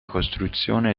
costruzione